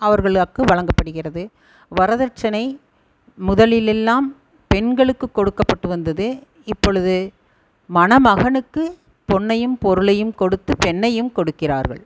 அவர்களுக்கு வழங்கப்படுகிறது வரதட்சணை முதலில் எல்லாம் பெண்களுக்கு கொடுக்கப்பட்டு வந்தது இப்பொழுது மணமகனுக்கு பொன்னையும் பொருளையும் கொடுத்து பெண்ணையும் கொடுக்கிறார்கள்